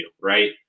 Right